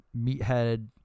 meathead